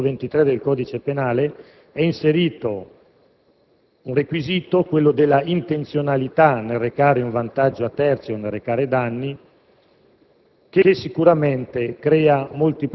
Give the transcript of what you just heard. In particolare, nell'articolo 323 del codice penale è inserito un requisito, quello della intenzionalità nel recare un vantaggio a terzi o nel recare danni,